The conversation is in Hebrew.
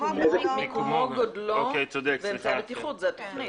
סליחה, נכון.